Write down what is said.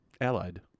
allied